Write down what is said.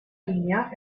linea